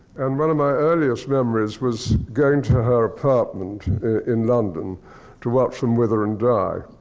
and one of my earliest memories was going to her apartment in london to watch them wither and die.